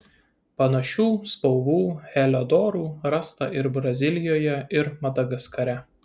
panašių spalvų heliodorų rasta ir brazilijoje ir madagaskare